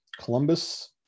Columbus